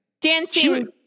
Dancing